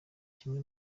kimwe